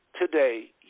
today